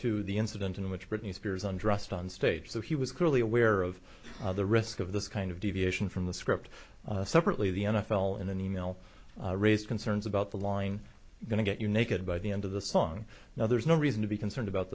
to the incident in which britney spears undressed on stage so he was clearly aware of the risk of this kind of deviation from the script separately the n f l in an e mail raised concerns about the lying going to get you naked by the end of the song now there's no reason to be concerned about